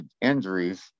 injuries